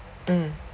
mm